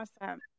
Awesome